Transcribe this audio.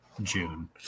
June